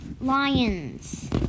lions